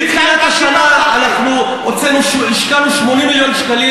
מתחילת השנה השקענו 80 מיליון שקלים